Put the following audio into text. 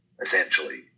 essentially